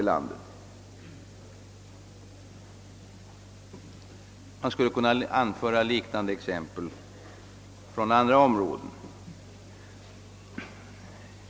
Det skulle kunna anföras liknande exempel från andra områden.